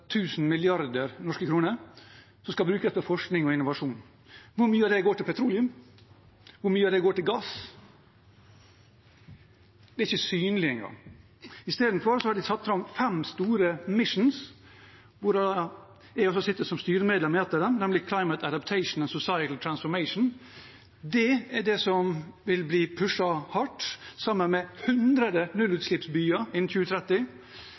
norske kroner – som skal brukes til forskning og innovasjon. Hvor mye av det går til petroleum? Hvor mye av det går til gass? Det er ikke synlig engang. I stedet har de satt i gang fem store «missions», hvor jeg sitter som styremedlem i et av dem, nemlig Climate adaptation and social transformation. Det er det som vil bli pushet hardt, sammen med hundre nullutslippsbyer innen 2030,